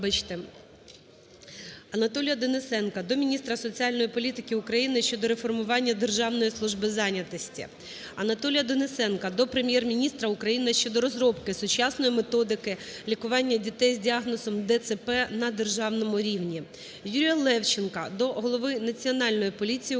Анатолія Денисенка до міністра соціальної політики України щодо реформування Державної служби зайнятості. Анатолія Денисенка до Прем'єр-міністра України щодо розробки сучасної Методики лікування дітей с діагнозом ДЦП на державному рівні. ЮріяЛевченка до голови Національної поліції України,